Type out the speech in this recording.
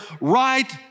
right